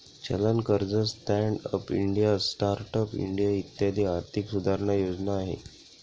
चलन कर्ज, stand up India, start up India इत्यादी आर्थिक सुधारणा योजना आहे